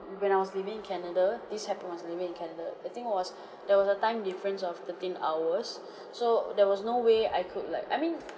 when I was living in canada this happened when I was living in canada the thing was there was a time difference of thirteen hours so there was no way I could like I mean